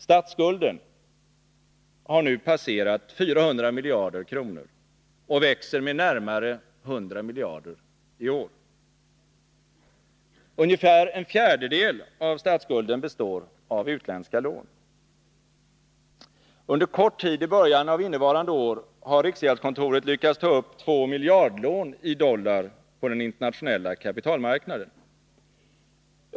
Statsskulden har nu passerat 400 miljarder kronor och växer med närmare 100 miljarder i år. Ungefär en fjärdedel av statsskulden består av utländska lån. Under kort tid i början av innevarande år har riksgäldskontoret lyckats ta upp två miljardlån i dollar på den internationella kapitalmarknaden.